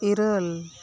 ᱤᱨᱟᱹᱞ